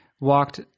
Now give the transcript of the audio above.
walked